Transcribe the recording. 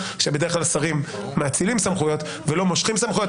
שבדרך כלל שרים מאצילים סמכויות ולא מושכים סמכויות.